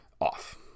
off